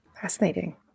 Fascinating